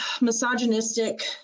misogynistic